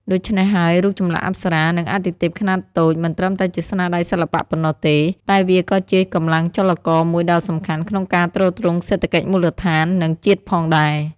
ដូច្នេះហើយ រូបចម្លាក់អប្សរា និងអាទិទេពខ្នាតតូចមិនត្រឹមតែជាស្នាដៃសិល្បៈប៉ុណ្ណោះទេ តែវាក៏ជាកម្លាំងចលករមួយដ៏សំខាន់ក្នុងការទ្រទ្រង់សេដ្ឋកិច្ចមូលដ្ឋាន និងជាតិផងដែរ។